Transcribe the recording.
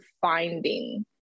finding